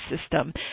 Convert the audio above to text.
system